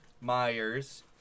Myers